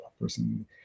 person